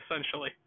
essentially